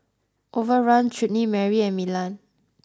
Overrun Chutney Mary and Milan